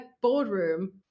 boardroom